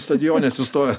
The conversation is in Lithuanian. stadione atsistojęs